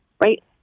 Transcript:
right